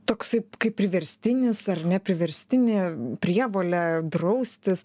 toksai kaip priverstinis ar ne priverstinė prievolė draustis